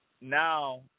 now